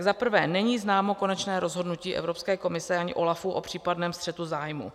Za prvé, není známo konečné rozhodnutí Evropské komise ani OLAF o případném střetu zájmů.